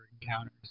encounters